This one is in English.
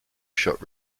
shot